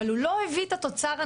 אבל הוא לא הביא את התוצר הנכון.